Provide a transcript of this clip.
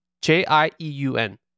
J-I-E-U-N